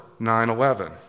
9-11